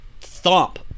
thump